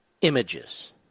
images